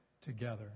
together